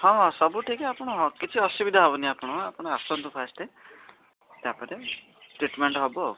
ହଁ ହଁ ସବୁ ଠିକ୍ ଆପଣ କିଛି ଅସୁବିଧା ହେବନି ଆପଣ ଆପଣ ଆସନ୍ତୁ ଫାର୍ଷ୍ଟ ତା'ପରେ ଟ୍ରିଟମେଣ୍ଟ ହବ ଆଉ